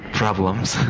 problems